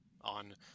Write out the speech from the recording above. on